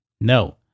No